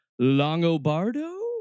Longobardo